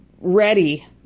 ready